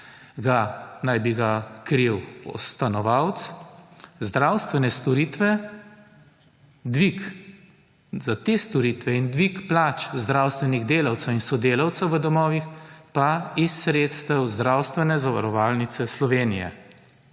naj bi ga kril stanovalec, zdravstvene storitve, dvig za te storitve in dvig plač zdravstvenih delavcev in sodelavcev v domovih pa iz sredstev zdravstvene zavarovalnice Slovenije.